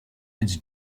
its